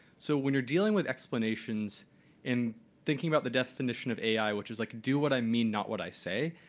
so when you're dealing with explanations and thinking about the definition of ai, which is like do what i mean, not what i say,